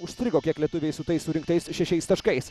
užstrigo kiek lietuviai su tais surinktais šešiais taškais